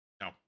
No